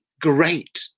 great